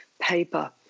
paper